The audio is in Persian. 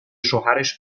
شوهرش